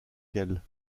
elle